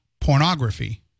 pornography